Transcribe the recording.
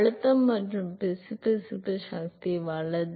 அழுத்தம் மற்றும் பிசுபிசுப்பு சக்தி வலது